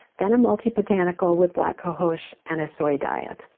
then a multi-botanical with black cohosh and a soy diet.